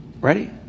Ready